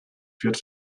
führt